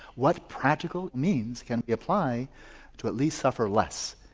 what practical means can we apply to at least suffer less?